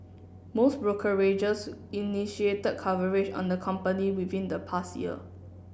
most brokerages initiated coverage on the company within the past year